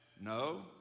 No